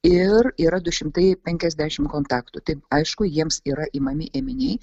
ir yra du šimtai penkiasdešimt kontaktų tai aišku jiems yra imami ėminiai